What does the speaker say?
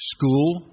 School